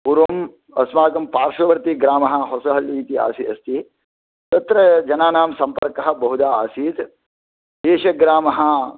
पूर्वम् अस्माकं पार्श्ववर्ती ग्रामः होसहळ्ळि इति आसी अस्ति तत्र जनानां सम्पर्कः बहुधा आसीत् एषः ग्रामः